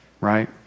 right